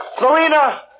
Lorena